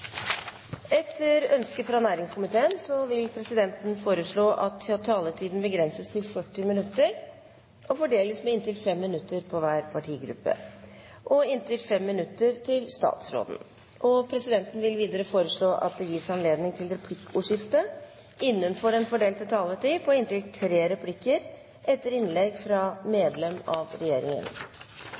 Etter ønske fra næringskomiteen vil presidenten foreslå at taletiden begrenses til 40 minutter og fordeles med inntil 5 minutter til hver partigruppe og inntil 5 minutter til statsråden. Videre vil presidenten foreslå at det gis anledning til replikkordskifte på inntil fem replikker med svar etter innlegg fra medlem av regjeringen